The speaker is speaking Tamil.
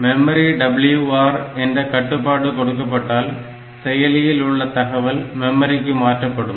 மெமரி WR என்ற கட்டுப்பாடு கொடுக்கப்பட்டால் செயலியில் உள்ள தகவல் மெமரிக்கு மாற்றப்படும்